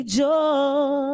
joy